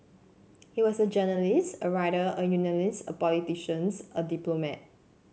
he was a journalist a writer a unionist a politicians a diplomat